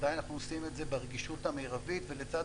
עדיין אנחנו עושים את זה ברגישות המרבית ולצד